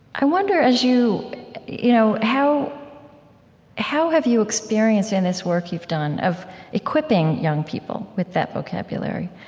i wonder as you you know how how have you experienced, in this work you've done of equipping young people with that vocabulary,